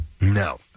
No